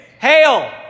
Hail